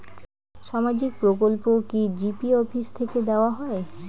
সামাজিক প্রকল্প কি জি.পি অফিস থেকে দেওয়া হয়?